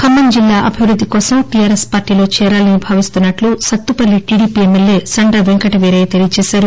ఖమ్మం జిల్లా అభివృద్ది కోసం టీఆర్ఎస్లో పార్టీలో చేరాలని భావిస్తున్నట్టు సత్తపల్లి టీడీపీ ఎమ్మెల్యే సంద్ర వెంకటవీరయ్య తెలిపారు